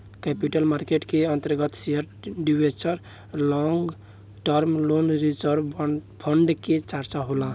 capital market के अंतर्गत share debenture long term loan reserve fund के चर्चा होला